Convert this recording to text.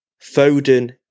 Foden